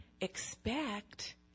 expect